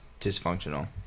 dysfunctional